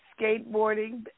skateboarding